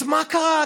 אז מה קרה,